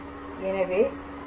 எனவே 22